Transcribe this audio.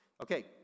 okay